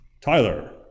Tyler